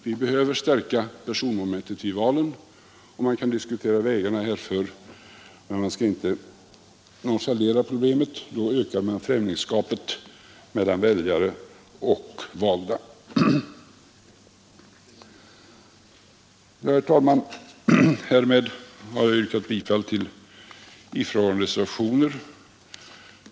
Vi behöver stärka personmomentet vid valen, och man kan diskutera vägarna härför, men man skall inte nonchalera problemet då ökar man främlingskapet mellan väljare och valda. Herr talman! Jag har redan yrkat bifall till de reservationer jag biträder.